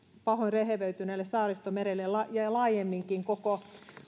pahoin rehevöityneelle saaristomerelle ja ja laajemminkin koko